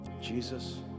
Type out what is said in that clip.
Jesus